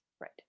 right